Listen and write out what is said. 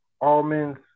almonds